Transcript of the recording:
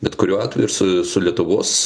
bet kuriuo atveju ir su su lietuvos